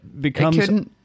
becomes